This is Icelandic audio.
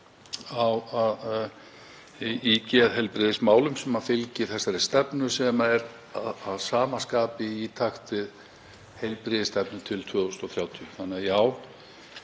í geðheilbrigðismálum sem fylgir þessari stefnu sem er að sama skapi í takt við heilbrigðisstefnu til 2030. Þannig að já,